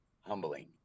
humbling